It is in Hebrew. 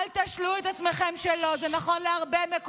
תודה.